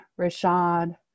Rashad